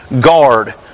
Guard